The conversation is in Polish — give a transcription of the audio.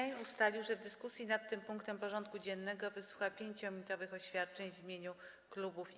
Sejm ustalił, że w dyskusji nad tym punktem porządku dziennego wysłucha 5-minutowych oświadczeń w imieniu klubów i kół.